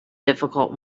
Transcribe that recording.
difficult